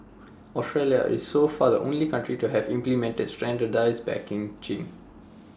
Australia is so far the only country to have implemented standardised packaging